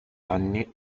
anni